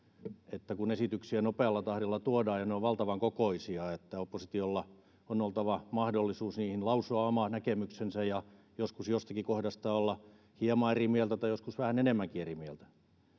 että kun esityksiä nopealla tahdilla tuodaan ja ne ovat valtavan kokoisia niin oppositiolla on oltava mahdollisuus niistä lausua oma näkemyksensä ja joskus jostakin kohdasta olla hieman eri mieltä tai joskus vähän enemmänkin eri mieltä